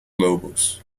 lobos